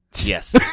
yes